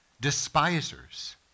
Despisers